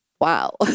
Wow